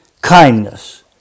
kindness